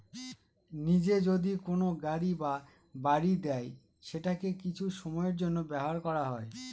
নিজে যদি কোনো গাড়ি বা বাড়ি দেয় সেটাকে কিছু সময়ের জন্য ব্যবহার করা হয়